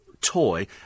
toy